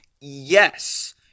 yes